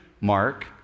Mark